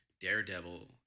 Daredevil